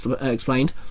explained